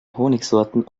honigsorten